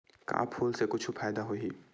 का फूल से कुछु फ़ायदा होही?